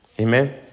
Amen